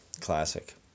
Classic